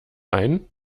ein